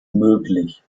möglich